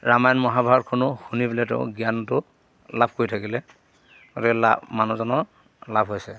ৰামায়ণ মহাভাৰতখনো শুনি পেলাই তেওঁ জ্ঞানটো লাভ কৰি থাকিলে গতিকে লাভ মানুহজনৰ লাভ হৈছে